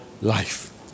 life